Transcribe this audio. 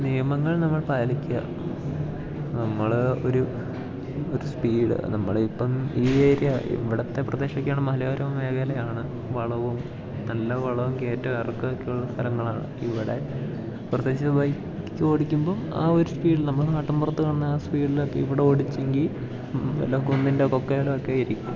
നിയമങ്ങൾ നമ്മൾ പാലിക്കുക നമ്മൾ ഒരു ഒരു സ്പീഡ് നമ്മൾ ഇപ്പം ഈ ഏരിയ ഇവിടുത്തെ പ്രദേശമൊക്കെയാണ് മലയോര മേഖലയാണ് വളവും നല്ല വളവും കയറ്റ ഇറക്കമൊക്കെയുള്ള സ്ഥലങ്ങളാണ് ഇവിടെ പ്രത്യേകിച്ച് ബൈക്ക് ഓടിക്കുമ്പം ആ ഒരു സ്പീഡ് നമ്മൾ നാട്ടിൻ പുറത്ത് കാണുന്ന ആ സ്പീഡിലൊക്കെ ഇവിടെ ഓടിച്ചെങ്കിൽ വല്ല കുന്നിൻ്റെ കൊക്കയിലൊക്കെ ഇരിക്കും